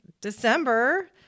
December